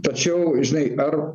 tačiau žinai ar